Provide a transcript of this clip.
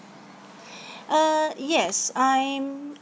uh yes I'm